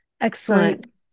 Excellent